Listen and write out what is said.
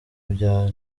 bya